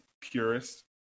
purist